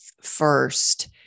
first